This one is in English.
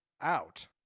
out